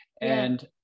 and-